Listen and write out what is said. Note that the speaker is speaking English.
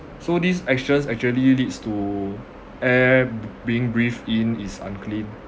so these actions actually leads to air b~ being breathe in is unclean